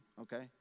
okay